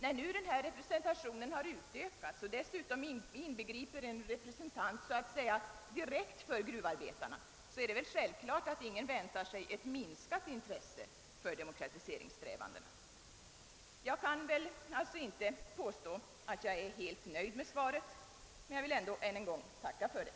När nu denna representation har utökats och dessutom inbegriper en representant så att säga direkt för gruvarbetarna, så är det väl självklart att ingen väntar sig ett minskat intresse för demokratiseringssträvanden. " Jag kan alltså inte påstå att jag är helt nöjd med svaret, men jag vill ändå ännu en gång tacka för det.